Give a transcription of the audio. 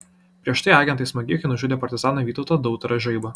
prieš tai agentai smogikai nužudė partizaną vytautą dautarą žaibą